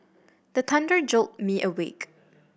the thunder jolt me awake